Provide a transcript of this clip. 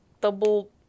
double